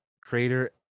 creator